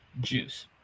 Juice